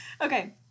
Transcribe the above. okay